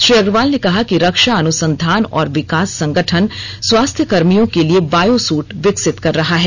श्री अग्रवाल ने कहा कि रक्षा अनुसंधान और विकास संगठन स्वास्थ्यकर्मियों के लिए बायोसुट विकसित कर रहा है